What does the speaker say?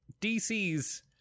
DC's